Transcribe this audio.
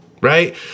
Right